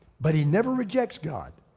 but he never rejects god.